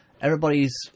everybody's